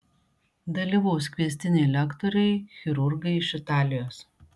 dalyvaus kviestiniai lektoriai chirurgai iš italijos